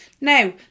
Now